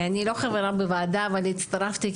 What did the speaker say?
אני לא חברה בוועדה ואני הצטרפתי,